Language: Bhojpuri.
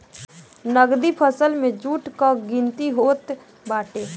नगदी फसल में जुट कअ गिनती होत बाटे